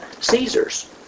Caesar's